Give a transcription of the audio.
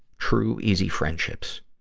true, easy friendships.